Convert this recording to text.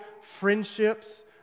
friendships